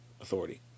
authority